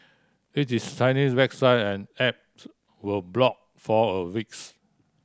it is Chinese website and app were blocked for a weeks